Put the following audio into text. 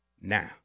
now